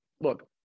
Look